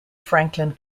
franklin